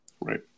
Right